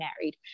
married